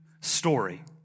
story